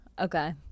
Okay